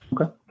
Okay